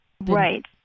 Right